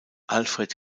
alfred